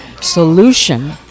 solution